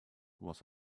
was